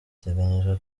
biteganyijwe